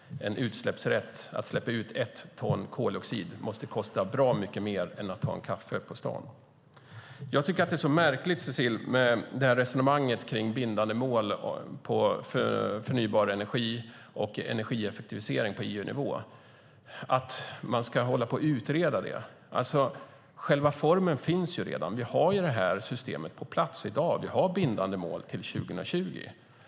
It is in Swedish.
Rätten att släppa ut ett ton koldioxid måste kosta bra mycket mer än att ta en kaffe på stan. Det är så märkligt med resonemanget kring bindande mål för förnybar energi och energieffektivisering på EU-nivå. Varför ska man hålla på och utreda det? Själva formen finns ju redan. Vi har systemet på plats i dag. Vi har bindande mål till 2020.